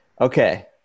Okay